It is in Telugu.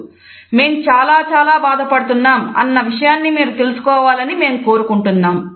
" "మేము చాలా చాలా బాధపడుతున్నాం అన్న విషయాన్ని మీరు తెలుసుకోవాలని మేము కోరుకుంటున్నాం